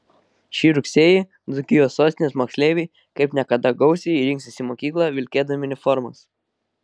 šį rugsėjį dzūkijos sostinės moksleiviai kaip niekada gausiai rinksis į mokyklą vilkėdami uniformas